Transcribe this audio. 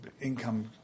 income